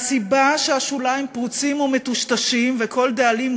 והסיבה שהשוליים פרוצים ומטושטשים וכל דאלים